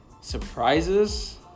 Surprises